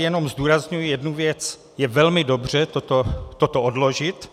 Jenom zdůrazňuji jednu věc je velmi dobře toto odložit.